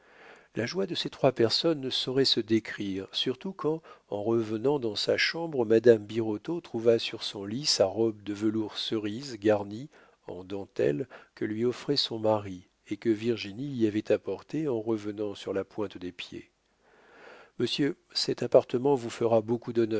la joie de ces trois personnes ne saurait se décrire surtout quand en revenant dans sa chambre madame birotteau trouva sur son lit sa robe de velours cerise garnie en dentelles que lui offrait son mari et que virginie y avait apportée en revenant sur la pointe des pieds monsieur cet appartement vous fera beaucoup